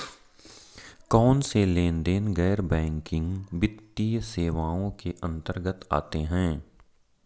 कौनसे लेनदेन गैर बैंकिंग वित्तीय सेवाओं के अंतर्गत आते हैं?